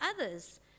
others